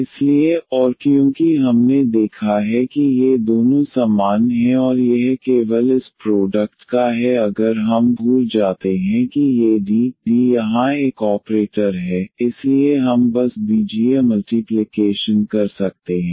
इसलिए और क्योंकि हमने देखा है कि ये दोनों समान हैं और यह केवल इस प्रोडक्ट का है अगर हम भूल जाते हैं कि ये D D यहां एक ऑपरेटर है इसलिए हम बस बीजीय मल्टीप्लिकेशन कर सकते हैं